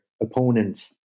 opponent